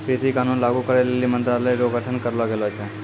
कृषि कानून लागू करै लेली मंत्रालय रो गठन करलो गेलो छै